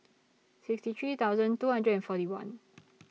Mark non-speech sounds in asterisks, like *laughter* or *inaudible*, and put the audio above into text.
sixty three thousand two hundred and forty one *noise*